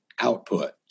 output